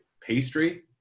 pastry